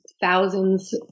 thousands